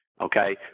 Okay